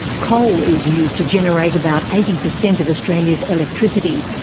coal is used to generate about eighty percent of australia's electricity,